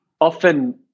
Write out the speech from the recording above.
often